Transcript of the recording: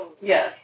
Yes